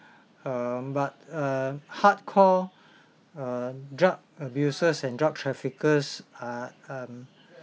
uh but a hardcore uh drug abusers and drug traffickers are um